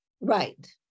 Right